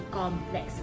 complex